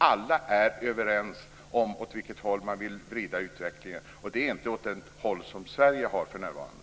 Alla är överens om åt vilket håll man vill vrida utvecklingen, och det är inte åt samma håll som Sverige för närvarande.